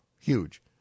huge